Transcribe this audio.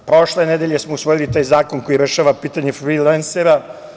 Prošle nedelje smo usvojili taj zakon koji rešava pitanje frilensera.